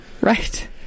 Right